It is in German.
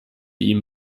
ihm